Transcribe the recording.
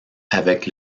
avec